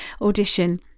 audition